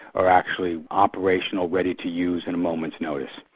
are actually operational ready to use at a moment's notice.